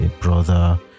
brother